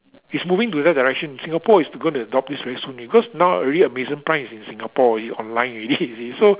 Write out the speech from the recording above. it's moving to that direction Singapore is going to adopt this very soon already because now already Amazon prime is in Singapore it's online already you see so